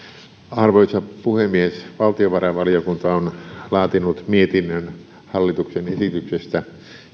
arvoisa puhemies valtiovarainvaliokunta on laatinut mietinnön hallituksen esityksestä